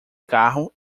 carro